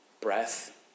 breath